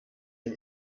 dem